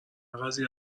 قضیه